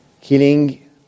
killing